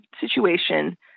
situation